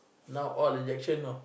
now all injection you know